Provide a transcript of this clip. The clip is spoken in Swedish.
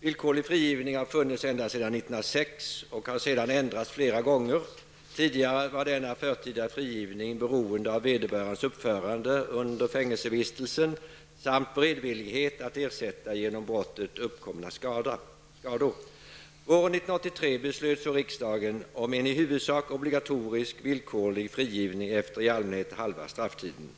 Villkorlig frigivning har funnits ända sedan 1906. Reglerna har ändrats flera gånger sedan dess. Tidigare var denna förtida frigivning beroende av vederbörandes uppförande under fängelsevistelsen samt beredvilligheten att ersätta genom brottet uppkomna skador. Våren 1983 beslöt riksdagen om en i huvudsak obligatorisk villkorlig frigivning efter i allmänhet halva strafftiden.